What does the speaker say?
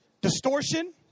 distortion